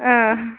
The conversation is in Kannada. ಹಾಂ